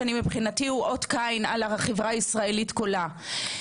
ומבחינתי הוא אות קין על החברה הישראלית כולה.